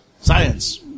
science